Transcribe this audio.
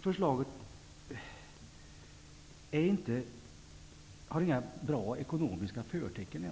Förslaget har inte ens några bra ekonomiska förtecken.